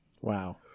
wow